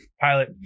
Pilot